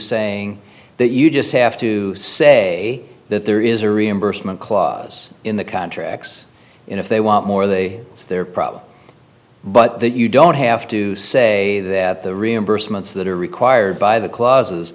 saying that you just have to say that there is a reimbursement clause in the contracts and if they want more they it's their problem but that you don't have to say that the reimbursements that are required by the clauses